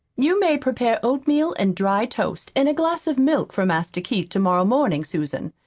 you may prepare oatmeal and dry toast and a glass of milk for master keith to-morrow morning, susan.